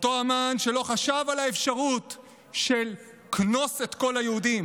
ואותו המן שלא חשב על האפשרות של "כנוס את כל היהודים"